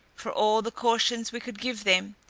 for all the cautions we could give them,